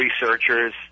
researchers